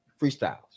freestyles